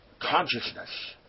consciousness